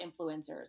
influencers